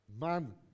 man